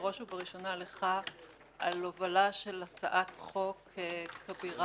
בראש ובראשונה לך על הובלה של הצעת חוק כבירה,